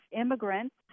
immigrants